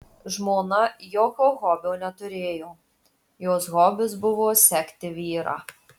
žmona jokio hobio neturėjo jos hobis buvo sekti vyrą